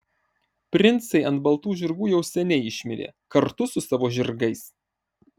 princai ant baltų žirgų jau seniai išmirė kartu su savo žirgais